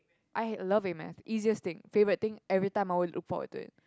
I love A math easiest thing favourite thing everytime I will look forward to it